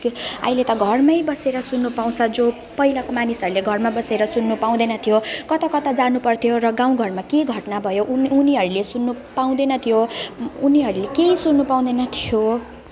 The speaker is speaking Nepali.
अहिले त घरमै बसेर सुन्नु पाउँछ जो पहिलाको मानिसहरूले घरमा बसेर सुन्नु पाउँदैन थियो कता कता जानुपर्थ्यो र गाउँघरमा के घटना भयो उनी उनीहरूले सुन्नु पाउँदैन थियो उनीहरूले केही सुन्नु पाउँदैन थियो